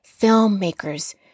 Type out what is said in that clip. filmmakers